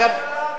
לא,